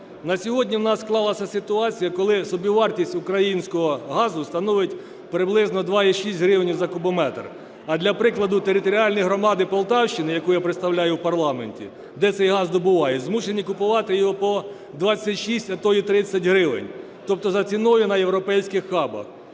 На сьогодні в нас склалася ситуація, коли собівартість українського газу становить приблизно 2,6 гривні за кубометр, а, для прикладу, територіальні громади Полтавщини, яку я представляю в парламенті, де цей газ добувають, змушені купувати його по 26, а то і 30 гривень, тобто за ціною на європейських хабах.